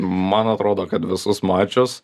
man atrodo kad visus mačius